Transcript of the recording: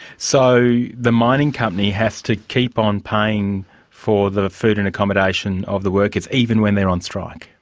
so the mining company has to keep on paying for the food and accommodation of the workers, even when they are on strike?